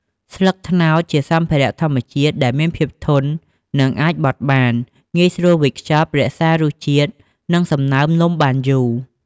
ស្លឹកត្នោតជាសម្ភារៈធម្មជាតិ ដែលមានភាពធន និងអាចបត់បាន ងាយស្រួលវេចខ្ចប់ រក្សារសជាតិ និងសំណើមនំបានយូរ។